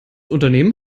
unternehmen